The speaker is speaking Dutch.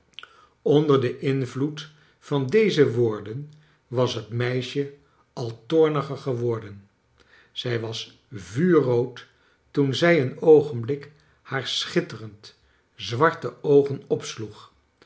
onder den invloed van deze woorden was het meisje al toorniger geworden zij was vuurrood toen zij een oogenblik haar schitterend zwarte oogen opsloeg